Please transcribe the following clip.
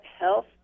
health